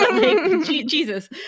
Jesus